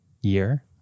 year